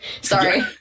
Sorry